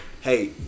hey